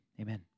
amen